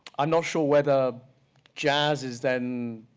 i'm not sure whether jazz is then,